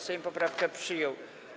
Sejm poprawkę przyjął.